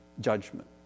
judgment